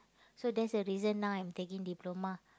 so that's the reason now I'm taking diploma